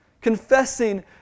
confessing